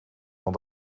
van